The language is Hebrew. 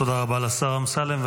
תודה רבה לשר אמסלם.